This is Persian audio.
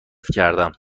کردم